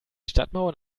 stadtmauern